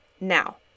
Now